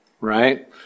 right